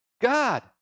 God